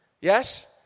Yes